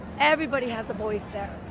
everybody has a voice there.